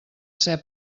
ser